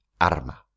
arma